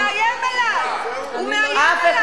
הוא מאיים עלי, הוא מאיים עלי.